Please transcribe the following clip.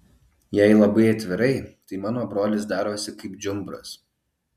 jei labai atvirai tai mano brolis darosi kaip džiumbras